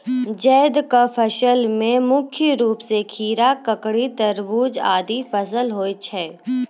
जैद क फसल मे मुख्य रूप सें खीरा, ककड़ी, तरबूज आदि फसल होय छै